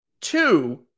two